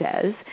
says